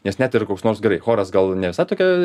nes net ir koks nors gerai choras gal ne visai tokia